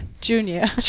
junior